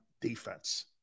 defense